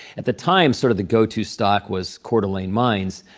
at the time, sort of the go-to stock was coeur d'alene mines.